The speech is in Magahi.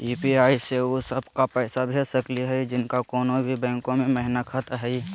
यू.पी.आई स उ सब क पैसा भेज सकली हई जिनका कोनो भी बैंको महिना खाता हई?